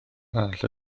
arall